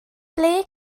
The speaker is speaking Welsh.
ble